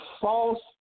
false